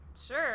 sure